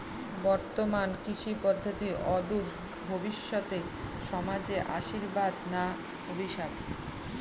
বর্তমান কৃষি পদ্ধতি অদূর ভবিষ্যতে সমাজে আশীর্বাদ না অভিশাপ?